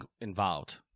involved